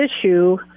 issue